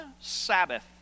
Sabbath